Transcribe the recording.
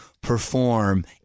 perform